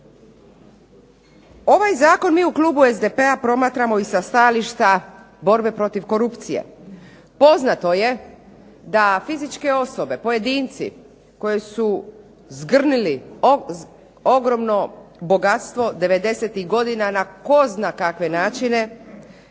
Ovaj Zakon mi u Klubu SDP-a promatramo sa stajališta borbe protiv korupcije. Poznato je da fizičke osobe, pojedinci koji su zgrnuli ogromno bogatstvo 90-tih godina na tko zna kakve načine,